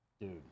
dude